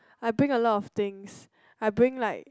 I bring a lot of things I bring like